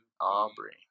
Aubrey